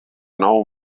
nou